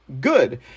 good